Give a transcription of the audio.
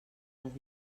dels